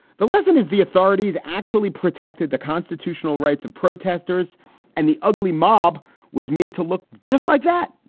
the lesson is the authorities actually protected the constitutional rights of protesters and the ugly mob was made to look just like that.